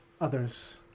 others